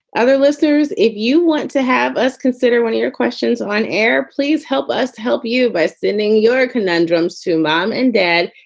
other listeners, if you want to have us, consider one of your questions on air. please help us help you by sending your conundrums to mom and dad.